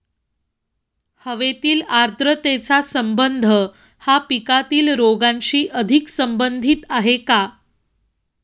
हवेतील आर्द्रतेचा संबंध हा पिकातील रोगांशी अधिक संबंधित आहे का?